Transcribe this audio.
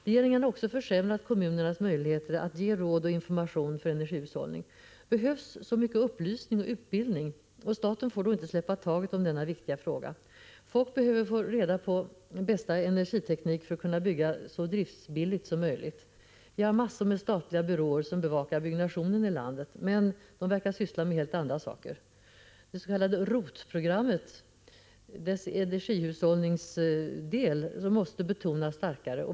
Regeringen har också försämrat kommunernas möjlighet att ge råd och information för energihushållning. Det behövs så mycket upplysning och utbildning, och staten får inte släppa taget om denna viktiga fråga. Folk behöver få information om bästa energiteknik för att kunna bygga så driftsbilligt som möjligt. Vi har mängder av statliga byråer som bevakar byggnationen i landet, men de verkar syssla med helt andra saker. Det s.k. ROT-programmets energihushållningsdel måste betonas starkare.